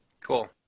Cool